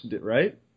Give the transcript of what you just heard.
right